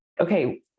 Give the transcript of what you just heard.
okay